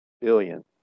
billion